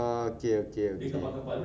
oh okay okay okay